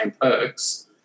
perks